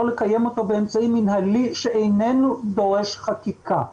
לקיים אותו באמצעים מינהליים מה שלא דורש חקיקה.